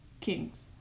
Kings